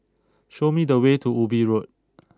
show me the way to Ubi Road